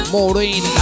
Maureen